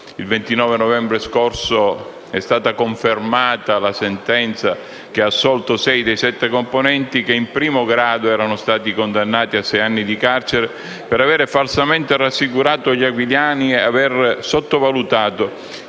Il 20 novembre scorso è stata confermata la sentenza che ha assolto sei dei sette componenti che in primo grado erano stati condannati a sei anni di carcere per aver falsamente rassicurato gli aquilani e aver sottovalutato